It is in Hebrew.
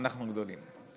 אנחנו גדולים,